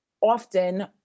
often